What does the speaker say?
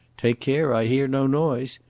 take care i hear no noise.